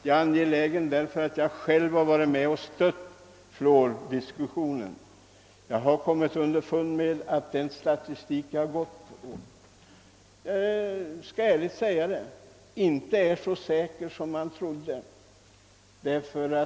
Jag har själv ställt mig positiv i fluordiskussionen, men jag har kommit underfund med att statistiken inte är så säker som jag hade förmodat — det skall jag ärligt erkänna.